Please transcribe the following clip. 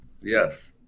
Yes